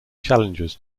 challenges